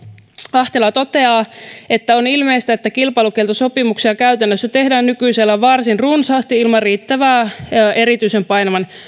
ahtela toteaa että on ilmeistä että kilpailukieltosopimuksia käytännössä tehdään nykyisellään varsin runsaasti ilman riittävää ja erityisen painavan